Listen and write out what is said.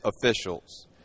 officials